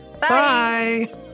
bye